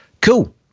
cool